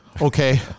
Okay